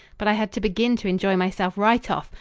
but i had to begin to enjoy myself right off,